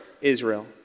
Israel